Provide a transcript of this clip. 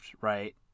right